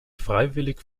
freiwillig